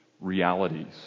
realities